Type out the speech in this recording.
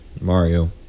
Mario